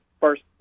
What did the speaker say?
first